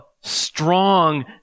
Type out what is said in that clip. strong